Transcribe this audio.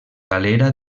galera